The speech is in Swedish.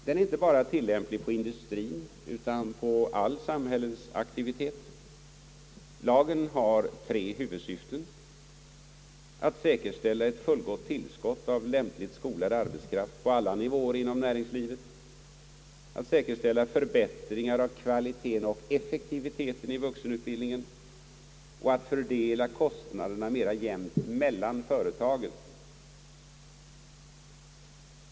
Den är inte bara tillämplig på industrien utan på all samhällsaktivitet. Lagen har tre huvudsyften: att säkerställa ett fullgott tillskott av lämpligt skolad arbetskraft på alla nivåer inom näringslivet, att säkerställa förbättringar av kvaliteten och effektiviteten i vuxenutbildningen samt att fördela kostnaderna mer jämnt mellan företagen.